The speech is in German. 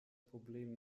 problem